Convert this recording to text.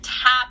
tap